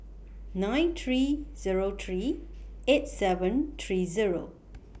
nine three Zero three eight seven three Zero